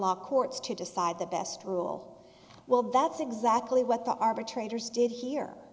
law courts to decide the best rule well that's exactly what the arbitrator's did here